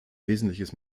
wesentliches